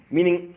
Meaning